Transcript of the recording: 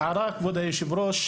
אני רוצה להעיר כבוד היושב ראש,